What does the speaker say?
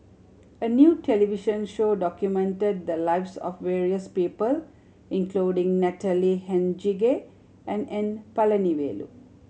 a new television show documented the lives of various people including Natalie Hennedige and N Palanivelu